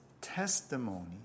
Testimony